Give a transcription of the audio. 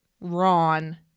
Ron